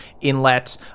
inlet